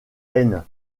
haine